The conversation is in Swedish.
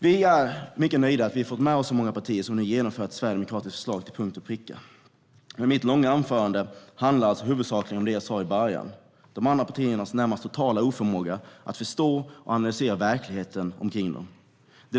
Vi är mycket nöjda med att vi har fått med oss så många partier på att genomföra ett sverigedemokratiskt förslag till punkt och pricka. Mitt långa anförande handlar dock huvudsakligen om det jag sa i början: de andra partiernas närmast totala oförmåga att förstå och analysera verkligheten omkring dem.